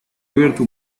abierto